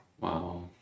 Wow